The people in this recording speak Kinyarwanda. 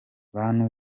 bantu